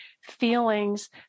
feelings